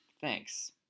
Thanks